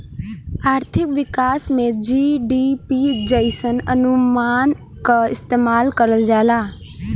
आर्थिक विकास में जी.डी.पी जइसन अनुमान क इस्तेमाल करल जाला